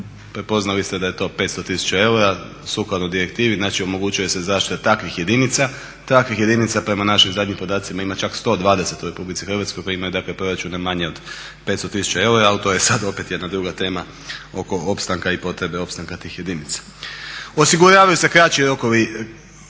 prepoznali ste da je to 500 tisuća eura sukladno direktivi, znači omogućuje se zaštita takvih jedinica. Takvih jedinica prema našim zadnjim podacima ima čak 120 u Republici Hrvatskoj koje imaju dakle proračune manje od 500 tisuća eura ali to je sad opet jedna druga tema oko opstanka i potrebe opstanka tih jedinica. Osiguravaju se kraći rokovi,